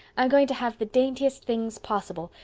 i'm going to have the daintiest things possible.